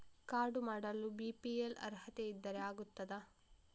Card ಮಾಡಲು BPL ಅರ್ಹತೆ ಇದ್ದರೆ ಆಗುತ್ತದ?